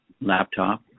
laptop